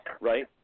Right